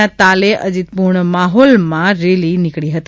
ના તાલે અજીતપૂર્ણ માહોલ માં રેલી નીકળી હતી